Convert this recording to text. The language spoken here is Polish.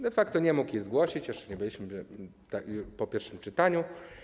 De facto nie mógł jej zgłosić, jeszcze nie byliśmy po pierwszym czytaniu.